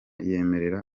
yemerera